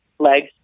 legs